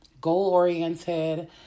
goal-oriented